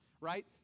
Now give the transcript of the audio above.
right